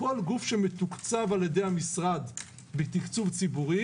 כל גוף שמתוקצב על-ידי המשרד בתקצוב ציבורי